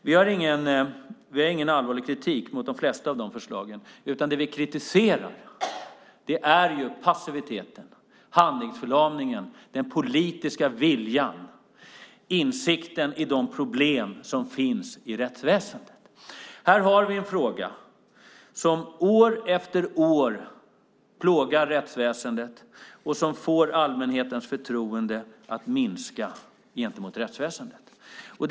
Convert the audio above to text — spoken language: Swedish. Vi har ingen allvarlig kritik mot de flesta av dessa förslag, utan det vi kritiserar är passiviteten, handlingsförlamningen, den politiska viljan och insikten i de problem som finns i rättsväsendet. Här har vi en fråga som år efter år plågar rättsväsendet och får allmänhetens förtroende gentemot rättsväsendet att minska.